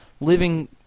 living